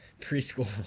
preschool